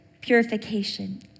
purification